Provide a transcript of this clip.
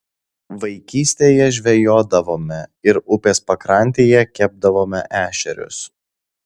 vaikystėje žvejodavome ir upės pakrantėje kepdavome ešerius